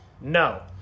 No